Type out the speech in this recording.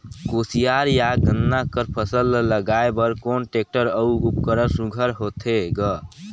कोशियार या गन्ना कर फसल ल लगाय बर कोन टेक्टर अउ उपकरण सुघ्घर होथे ग?